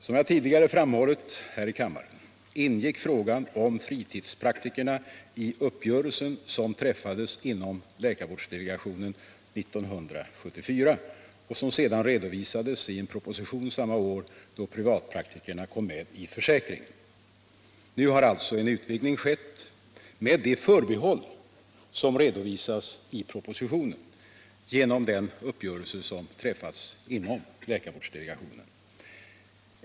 Som jag tidigare här i kammaren har framhållit ingick frågan om fritidspraktikerna i uppgörelsen som träffades inom läkarvårdsdelegationen 1974 och som sedan redovisades i en proposition samma år då privatpraktikerna kom med i försäkringen. Nu har alltså en utvidgning skett, med det förbehåll som redovisas i propositionen, genom den uppgörelse som träffats inom läkarvårdsdelegationen.